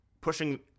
pushing